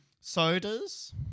sodas